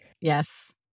Yes